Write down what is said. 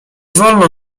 wolno